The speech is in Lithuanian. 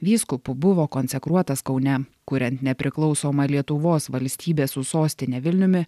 vyskupu buvo konsekruotas kaune kuriant nepriklausomą lietuvos valstybę su sostine vilniumi